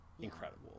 incredible